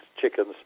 chickens